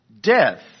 death